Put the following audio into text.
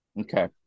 Okay